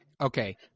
okay